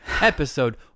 Episode